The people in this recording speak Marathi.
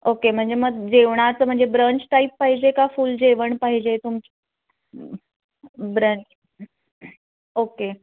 ओके म्हणजे मग जेवणाचं म्हणजे ब्रंच टाईप पाहिजे का फुल जेवण पाहिजे तुम ब्रंच ओके